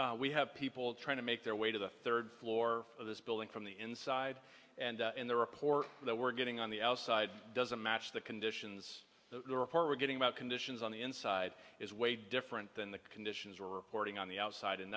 point we have people trying to make their way to the third floor of this building from the inside and in the report that we're getting on the outside doesn't match the conditions the report we're getting about conditions on the inside is way different than the conditions were reporting on the outside and